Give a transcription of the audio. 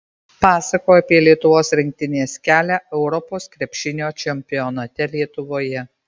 pasakoja apie lietuvos rinktinės kelią europos krepšinio čempionate lietuvoje